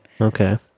Okay